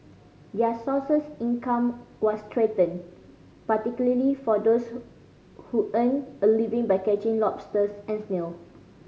their sources income were threatened particularly for those who earn a living by catching lobsters and snail